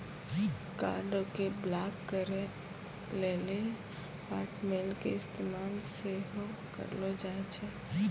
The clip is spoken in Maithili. कार्डो के ब्लाक करे लेली हाटमेल के इस्तेमाल सेहो करलो जाय छै